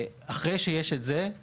אחרי זה אני